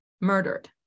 murdered